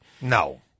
No